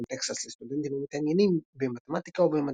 טקסס לסטודנטים המתעניינים במתמטיקה או במדע.